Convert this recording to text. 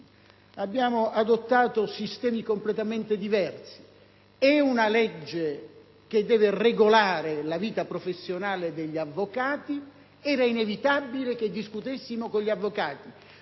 abbiamo adottato sistemi completamente diversi: è una legge che deve regolare la vita professionale degli avvocati; era inevitabile che discutessimo con gli avvocati.